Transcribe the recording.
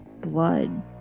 blood